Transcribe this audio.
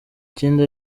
kindi